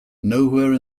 nowhere